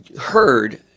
heard